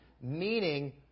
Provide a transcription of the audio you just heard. meaning